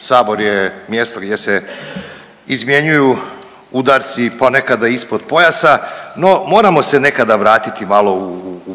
Sabor je mjesto gdje se izmjenjuju udarci ponekad i ispod pojasa, no moramo se nekada vratiti malo u povijest